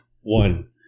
One